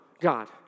God